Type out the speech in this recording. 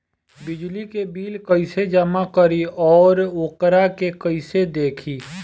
बिजली के बिल कइसे जमा करी और वोकरा के कइसे देखी?